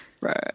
Right